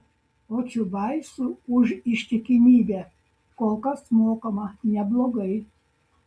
o čiubaisui už ištikimybę kol kas mokama neblogai